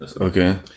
Okay